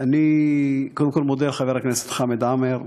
אני קודם כול מודה לחבר הכנסת חמד עמאר,